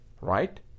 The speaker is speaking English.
right